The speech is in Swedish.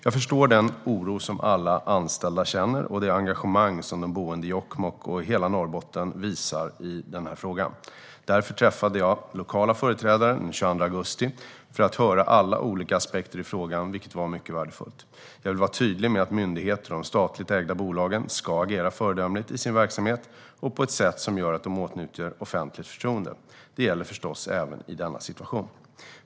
Jag förstår den oro som alla anställda känner och det engagemang som de boende i Jokkmokk och hela Norrbotten visar i denna fråga. Därför träffade jag lokala företrädare den 22 augusti för att höra alla olika aspekter i frågan vilket var mycket värdefullt. Jag vill vara tydlig med att myndigheterna och de statligt ägda bolagen ska agera föredömligt i sin verksamhet och på ett sätt som gör att de åtnjuter offentligt förtroende. Det gäller förstås även i denna situation.